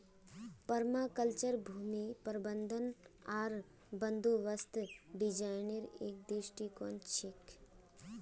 permaculture भूमि प्रबंधन आर बंदोबस्त डिजाइनेर एक दृष्टिकोण छिके